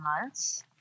months